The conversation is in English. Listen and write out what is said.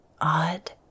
Odd